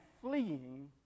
fleeing